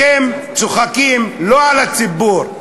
אתם צוחקים לא על הציבור,